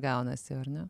gaunasi ar ne